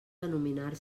denominar